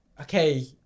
Okay